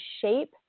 shape